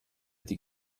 die